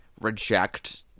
reject